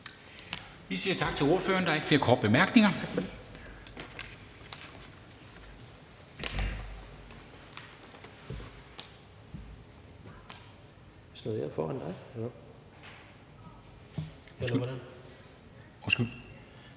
siger vi tak til ministeren. Der er ikke flere korte bemærkninger,